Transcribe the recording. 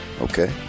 Okay